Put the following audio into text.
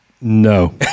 no